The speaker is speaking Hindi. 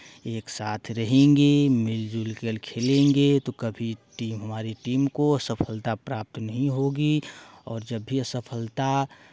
एक साथ रहेंगे मिलजुल कर खेलेंगे तो कभी टीम हमारी टीम को असफलता प्राप्त नहीं होगी और जब भी असफलता